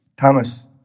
Thomas